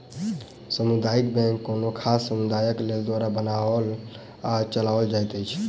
सामुदायिक बैंक कोनो खास समुदायक लोक द्वारा बनाओल आ चलाओल जाइत अछि